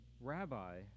Rabbi